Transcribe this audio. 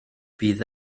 bydd